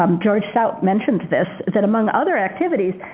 um george stout mentions this, that among other activities,